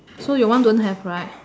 so your one don't have right